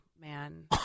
man